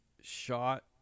shot